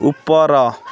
ଉପର